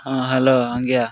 ହଁ ହେଲୋ ଆଜ୍ଞା